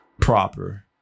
proper